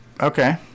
Okay